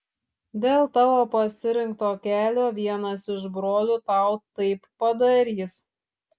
dėl tavo pasirinkto kelio vienas iš brolių tau taip padarys